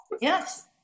yes